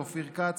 אופיר כץ,